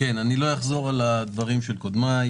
אני לא אחזור על הדברים של קודמיי.